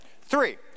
Three